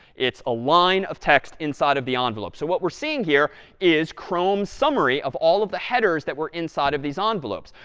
it's a line of text inside of the ah envelope. so what we're seeing here is chrome's summary of all of the headers that were inside of these ah envelopes.